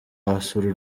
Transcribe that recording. wasura